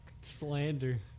Slander